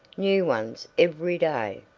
new ones every day.